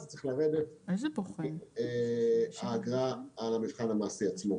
זה צריך לרדת האגרה על המבחן המעשי עצמו.